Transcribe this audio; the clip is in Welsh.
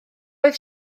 oedd